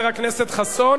אני אמרתי לחבר הכנסת חסון,